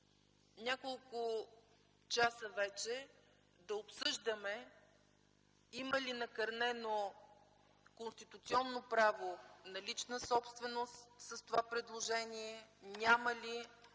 няколко часа вече да обсъждаме: има ли накърнено конституционно право на лична собственост с това предложение, няма ли?